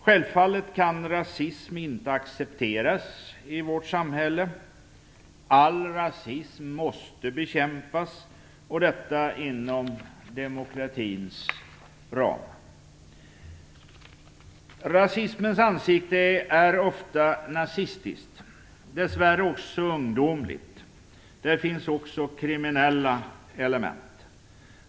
Självfallet kan rasism inte accepteras i vårt samhälle. All rasism måste bekämpas, och detta inom demokratins ram. Rasismens ansikte är oftast nazistiskt och dessvärre också ungdomligt. Det finns också kriminella element.